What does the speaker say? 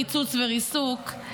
קיצוץ וריסוק,